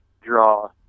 draw